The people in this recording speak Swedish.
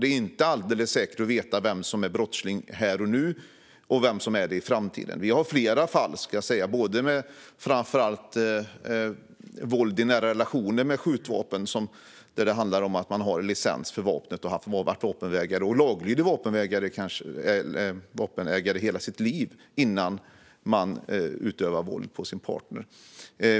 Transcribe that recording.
Det är inte alldeles enkelt att veta vem som är brottsling här och nu och vem som är det i framtiden; vi har flera fall med våld i nära relationer och skjutvapen där förövaren har haft licens för vapnet och varit en laglydig vapenägare i hela sitt liv innan denne utövar våld mot sin partner.